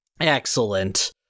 Excellent